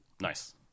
nice